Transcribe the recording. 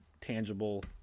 tangible